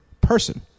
person